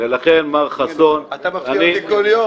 ולכן, מר חסון --- אתה מפתיע אותי כל יום.